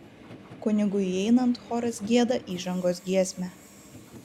kunigui įeinant choras gieda įžangos giesmę